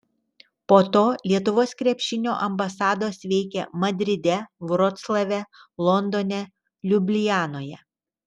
po to lietuvos krepšinio ambasados veikė madride vroclave londone liublianoje